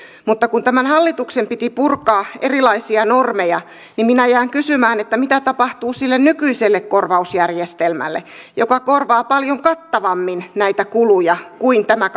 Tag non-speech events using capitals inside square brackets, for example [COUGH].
mutta kun tämän hallituksen piti purkaa erilaisia normeja niin minä jään kysymään mitä tapahtuu sille nykyiselle korvausjärjestelmälle joka korvaa paljon kattavammin näitä kuluja kuin tämä [UNINTELLIGIBLE]